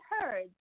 heard